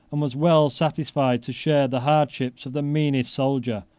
and was well satisfied to share the hardships of the meanest soldier,